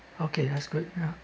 okay that's good ya